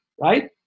right